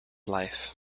life